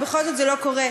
ובכל זאת זה לא קורה.